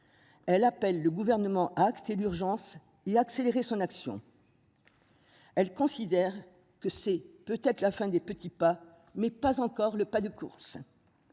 Elle appelle le gouvernement à acter l'urgence il a accéléré son action. Elle considère que c'est peut-être la fin des petits pas mais pas encore le pas de courses.